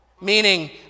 meaning